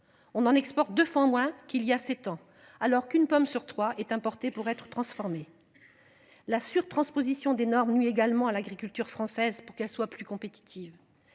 on en exporte devant moins qu'il y a 7 ans alors qu'une pomme sur 3 est importé pour être transformé. La surtransposition des normes nuit également à l'agriculture française pour qu'elle soit plus compétitive.